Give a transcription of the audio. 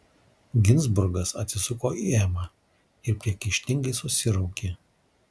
ginzburgas atsisuko į emą ir priekaištingai susiraukė